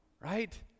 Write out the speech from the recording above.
right